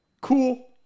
Cool